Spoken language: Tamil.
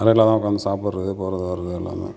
தரையில் தான் உக்கார்ந்து சாப்பிடுறது போகிறது வர்றது எல்லாமே